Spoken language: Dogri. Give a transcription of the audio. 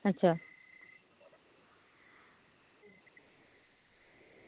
अच्छा